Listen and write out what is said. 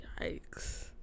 yikes